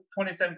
2017